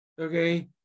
okay